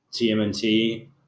TMNT